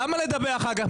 למה לדבר אחר כך?